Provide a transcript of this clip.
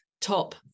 top